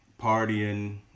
partying